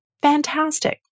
fantastic